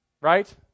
Right